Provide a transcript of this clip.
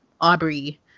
Aubrey